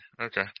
Okay